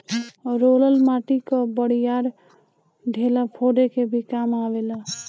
roller माटी कअ बड़ियार ढेला फोरे के भी काम आवेला